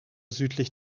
südlich